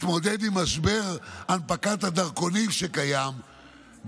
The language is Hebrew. מתמודד עם משבר הנפקת הדרכונים שקיים,